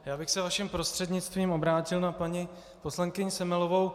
Já bych se vaším prostřednictvím obrátil na paní poslankyni Semelovou.